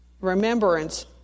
remembrance